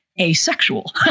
asexual